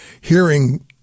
hearing